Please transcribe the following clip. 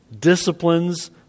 disciplines